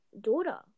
daughter